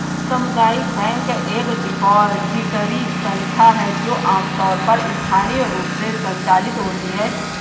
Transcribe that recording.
सामुदायिक बैंक एक डिपॉजिटरी संस्था है जो आमतौर पर स्थानीय रूप से संचालित होती है